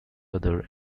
other